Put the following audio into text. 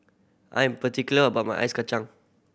I'm particular about my Ice Kachang